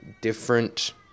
different